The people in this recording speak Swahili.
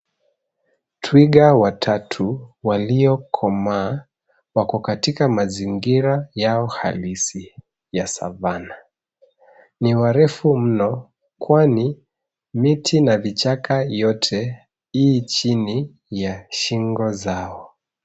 Twiga watatu waliokomaa wako katika mazingira yao halisi ya Savana. Ni warefu mno kwani miti na vichaka yote i chini ya shingo zao.